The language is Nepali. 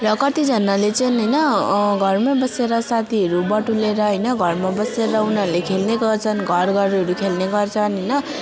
र कतिजनाले चाहिँ होइन घरमै बसेर साथीहरू बटुलेर होइन घरमा बसेर उनीहरूले खेल्ने गर्छन् घर घरहरू खेल्ने गर्छन् होइन